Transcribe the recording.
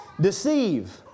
deceive